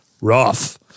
rough